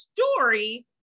story